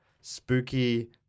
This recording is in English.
spooky